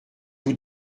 vous